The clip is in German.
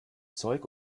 zeug